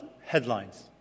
headlines